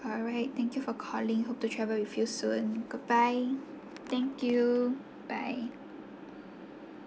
alright thank you for calling hope to travel with you soon goodbye thank you bye